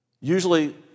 usually